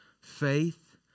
faith